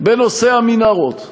בנושא המנהרות.